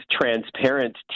Transparent